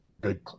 good